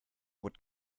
would